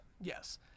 Yes